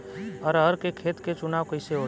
अरहर के खेत के चुनाव कइसे होला?